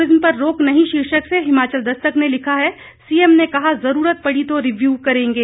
प्रदेश में दूरिज्म पर रोक नहीं शीर्षक से हिमाचल दस्तक ने लिखा है सीएम ने कहा जरूरत पड़ी तो रिव्यू करेंगे